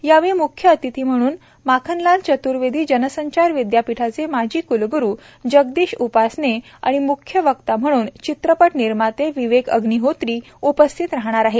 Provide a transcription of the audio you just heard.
यावेळी म्ख्य अतिथी म्हणून माखनलाल चत्र्वेदी जनसंचार विदयापीठाचे माजी कुलग्रु जगदीश उपासने आणि मुख्य वक्ता म्हणून चित्रपट निर्माते विवेक अग्निहोत्री उपस्थित राहणार आहेत